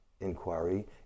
inquiry